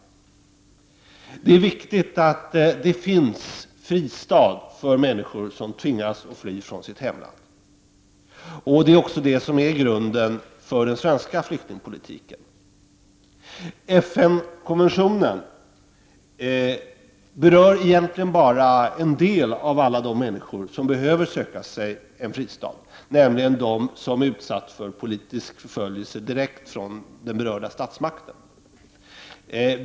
Det är viktigt att det finns en fristad för människor som tvingas fly från sitt hemland. Det är också grunden för den svenska flyktingpolitiken. FN konventionen berör egentligen endast en del av alla de människor som behöver söka sig en fristad, nämligen de som utsatts för politisk förföljelse direkt från den berörda statsmakten.